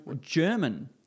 German